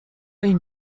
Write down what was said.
این